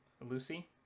Lucy